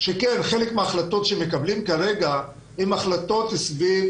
שכן חלק מההחלטות שמקבלים כרגע הן החלטות סביב